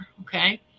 okay